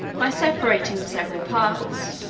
by separating the several parts,